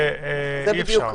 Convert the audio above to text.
זה אי-אפשר.